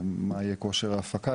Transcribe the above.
מה יהיה כושר ההפקה.